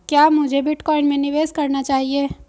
क्या मुझे बिटकॉइन में निवेश करना चाहिए?